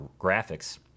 graphics